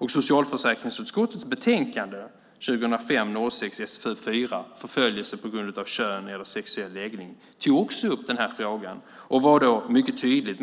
I socialförsäkringsutskottets betänkande 2005/06:SfU4, Förföljelse på grund av kön eller sexuell läggning , togs den här frågan också upp, och det framhölls då mycket tydligt